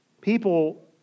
People